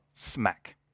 smack